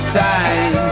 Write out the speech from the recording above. time